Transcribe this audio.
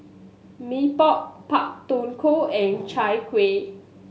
Mee Pok Pak Thong Ko and Chai Kueh